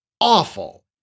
awful